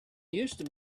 used